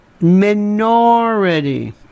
Minority